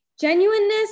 genuineness